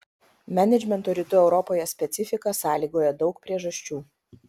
menedžmento rytų europoje specifiką sąlygoja daug priežasčių